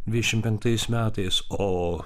dvidešimt penktais metais o